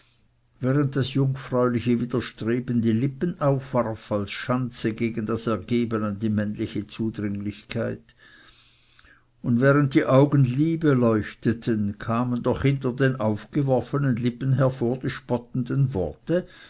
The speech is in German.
während das jungfräuliche widerstreben die lippen aufwarf als schanze gegen das ergeben an die männliche zudringlichkeit und während die augen liebe leuchteten kamen doch hinter den aufgeworfenen lippen hervor die spottenden worte